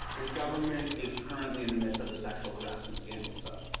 his government is currently in the midst of a sexual harassment scandal, so.